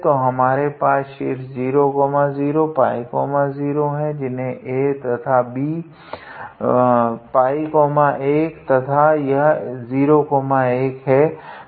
तो हमारे पास शीर्ष 00𝜋0 है जिन्हें A तथा B 𝜋1 है तथा यह एक 01 है